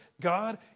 God